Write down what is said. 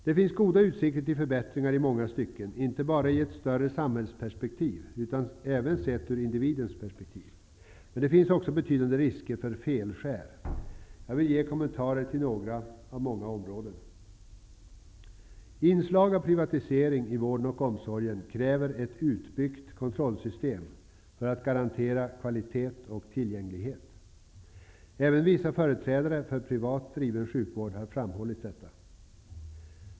Det finns i många stycken goda utsikter till förbättringar, inte bara i ett vidare samhällsperspektiv utan även sett från individens perspektiv. Men det finns också betydande risker för felskär. Jag vill göra kommentarer till några av många områden. Inslag av privatisering i vården och omsorgen kräver ett utbyggt kontrollsystem för att garantera kvalitet och tillgänglighet. Även vissa företrädare för privat driven sjukvård har framhållit detta.